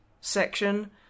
section